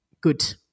good